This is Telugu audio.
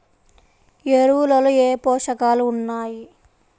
ఎరువులలో ఏ పోషకాలు ఉన్నాయి?